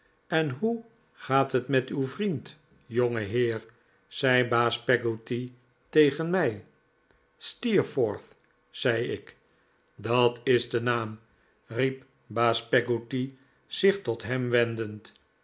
en hoe gaat het met uw vriend jongeheer zei baas peggotty tegen mij steerforth zei ik dat is de naam riep baas peggotty zich tot ham wendend